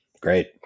Great